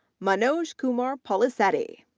manoj kumar polisetti,